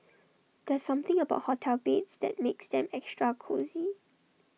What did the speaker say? there's something about hotel beds that makes them extra cosy